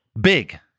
big